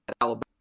Alabama